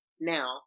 Now